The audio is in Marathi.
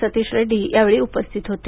सतीश रेड्डी यावेळी उपस्थित होते